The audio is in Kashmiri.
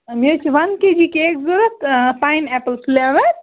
مےٚ حظ چھِ وَن کے جی کیک ضروٗرت پایِن ایٚپُل فِلیوَر